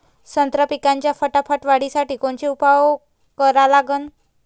संत्रा पिकाच्या फटाफट वाढीसाठी कोनचे उपाव करा लागन?